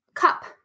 cup